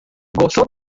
gozó